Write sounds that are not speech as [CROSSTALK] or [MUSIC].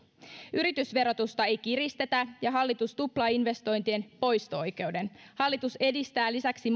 yritysverotusta ei kiristetä ja hallitus tuplaa investointien poisto oikeuden hallitus edistää lisäksi [UNINTELLIGIBLE]